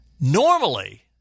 Normally